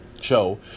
show